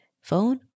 phone